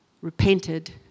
repented